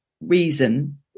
reason